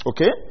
Okay